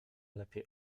lepiej